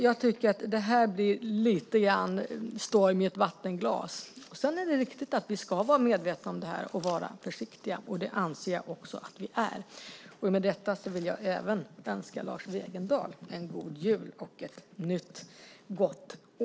Jag tycker att det blir lite grann av en storm i ett vattenglas. Det är riktigt att vi ska vara medvetna om det här och vara försiktiga, och det anser jag också att vi är. Med detta vill jag även önska Lars Wegendal en god jul och ett gott nytt år.